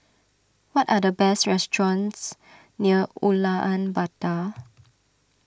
what are the best restaurants near Ulaanbaatar